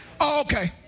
okay